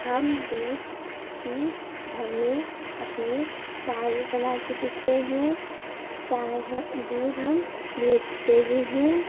हम दूध की घर में अपने चाय भी बना के पीते हैं चाय हम दूध हम बेचते भी हैं